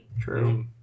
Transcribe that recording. True